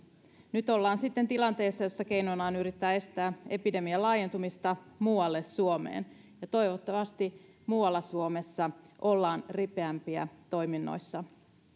nyt ollaan sitten tilanteessa jossa keinona on yrittää estää epidemian laajentumista muualle suomeen ja toivottavasti muualla suomessa ollaan ripeämpiä toiminnoissa